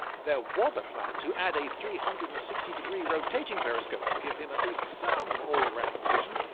there was a plan to add a three hundred and sixty degree rotating periscope to give him at least some all-round vision,